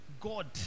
God